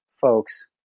folks